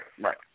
right